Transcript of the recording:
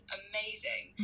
amazing